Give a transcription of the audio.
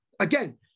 again